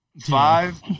five